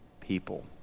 people